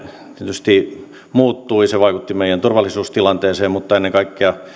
tietysti muuttui se vaikutti meidän turvallisuustilanteeseemme mutta ennen kaikkea